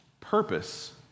purpose